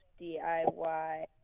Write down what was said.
DIY